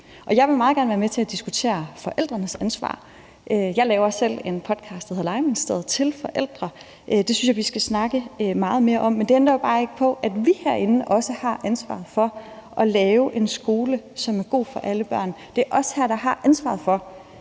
Jeg vil meget gerne være med til at diskutere forældrenes ansvar. Jeg laver selv en podcast, der hedder »Legeministeriet«, til forældre. Det synes jeg vi skal snakke meget mere om, men det ændrer jo bare ikke på, at vi herinde også har ansvaret for at lave en skole, som er god for alle børn. Det er os her, der har ansvaret for,